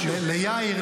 זה ליאיר,